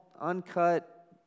uncut